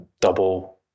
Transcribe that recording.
double